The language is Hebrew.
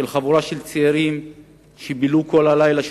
כאשר חבורת צעירים בילתה כל הלילה,